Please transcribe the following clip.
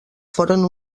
foren